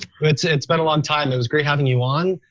it's it's been a long time. it was great having you on.